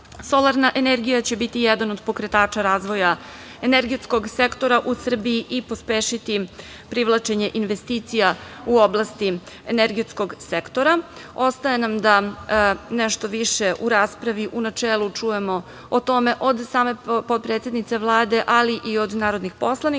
Solarna energija će biti jedan od pokretača razvoja energetskog sektora u Srbiji i pospešiti privlačenje investicija u oblasti energetskog sektora. Ostaje nam da nešto više u raspravi u načelu čujemo o tome od same potpredsednice Vlade, ali i od narodnih poslanika,